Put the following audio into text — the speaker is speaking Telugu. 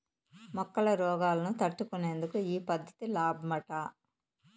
మొక్కల రోగాలను తట్టుకునేందుకు ఈ పద్ధతి లాబ్మట